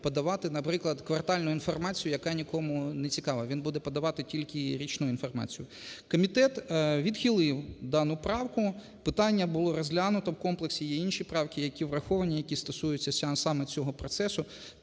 подавати, наприклад, квартальну інформацію, яка нікому не цікава, він буде подавати тільки річну інформацію. Комітет відхилив дану правку. Питання було розглянуто в комплексі, є інші правки, які враховані, які стосуються саме цього процесу.